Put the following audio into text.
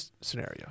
scenario